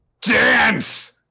dance